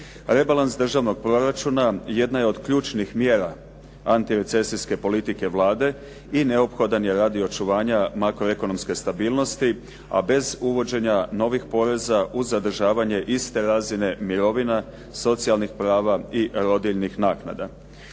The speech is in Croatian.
Rebalans državnoga proračuna jedna je od ključnih mjera antirecesijske politike Vlade i neophodan je radi očuvanja makroekonomske stabilnosti a bez uvođenja novih poreza uz zadržavanje iste razine mirovina, socijalnih prava i rodiljnih naknada.